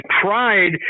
pride